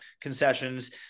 concessions